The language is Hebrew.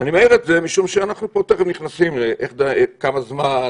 אני מעיר את זה משום שאנחנו פה טרם נכנסים לכמה זמן,